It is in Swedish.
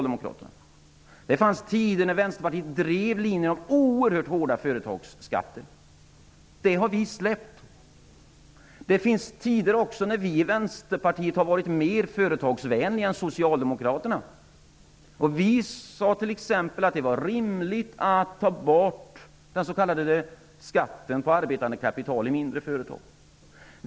Det fanns tider då Vänsterpartiet drev linjen om oerhört hårda företagsskatter, men det har vi släppt. Det fanns också tider när Vänsterpartiet var mer företagsvänligt än Socialdemokraterna. Vi sade t.ex. att det var rimligt att ta bort skatten på s.k. arbetande kapital i mindre företag.